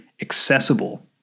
accessible